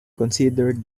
considered